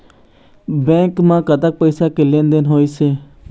Bank म कतक पैसा के लेन देन होइस हे?